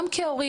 גם כהורים,